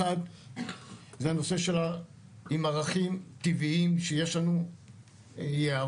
אחת הוא הנושא של עם ערכים טבעיים שיש לנו יערות,